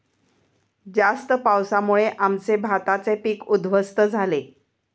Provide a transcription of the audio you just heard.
जास्त पावसामुळे आमचे भाताचे पीक उध्वस्त झाले